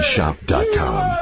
Shop.com